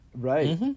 Right